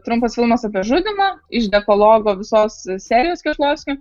trumpas filmas apie žudymą iš dekalogo visos serijos kešlovskio